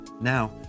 Now